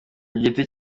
giti